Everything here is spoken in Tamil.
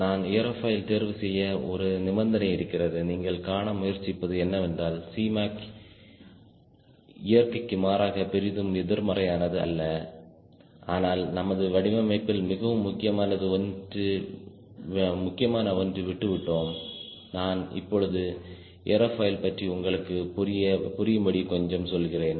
நான் ஏரோபாய்ல் தேர்வு செய்ய ஒரு நிபந்தனை இருக்கிறது நீங்கள் காண முயற்சிப்பது என்னவென்றால்Cmac இயற்கைக்கு மாறாக பெரிதும் எதிர்மறையானது அல்ல ஆனால் நமது வடிவமைப்பில் மிகவும் முக்கியமான ஒன்று விட்டுவிட்டோம் நான் இப்பொழுது ஏரோபாய்ல் பற்றி உங்களுக்கு புரியும்படிகொஞ்சம் சொல்கிறேன்